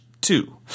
two